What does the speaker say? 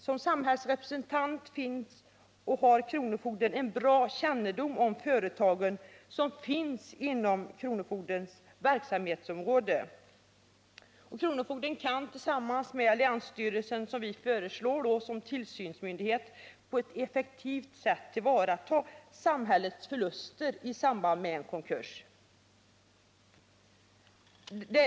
Som samhällsrepresentant har kronofogden en bra kännedom om företagen som finns inom kronofogdens verksamhetsområde. Kronofogden kan tillsammans med länsstyrelsen, som vi föreslår som tillsynsmyndighet, på ett effektivt sätt tillvarata samhällets förluster i samband med en konkurs.